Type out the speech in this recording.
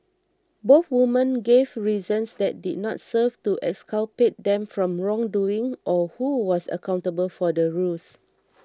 both women gave reasons that did not serve to exculpate them from wrongdoing or who was accountable for the ruse